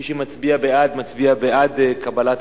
מי שמצביע בעד מצביע בעד קבלת